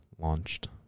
launched